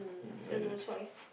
mm so no choice